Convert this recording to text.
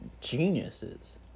geniuses